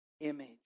image